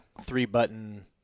three-button